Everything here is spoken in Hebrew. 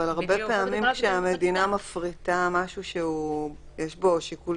אבל הרבה פעמים כשהמדינה מפריטה משהו שיש בו שיקול